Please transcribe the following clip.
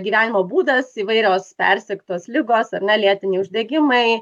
gyvenimo būdas įvairios persirgtos ligos ar ne lėtiniai uždegimai